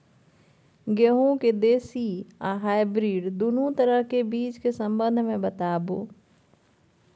गेहूँ के देसी आ हाइब्रिड दुनू तरह के बीज के संबंध मे बताबू?